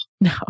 No